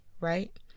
right